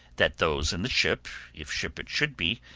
that those in the ship, if ship it should be,